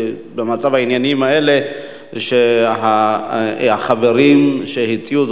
במצב העניינים הזה שהחברים הציעו,